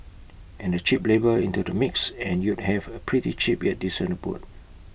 add the cheap labour into the mix and you'd have A pretty cheap yet decent abode